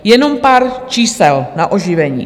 Jenom pár čísel na oživení.